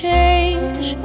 change